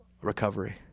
recovery